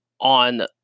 on